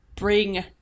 bring